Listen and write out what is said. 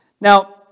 Now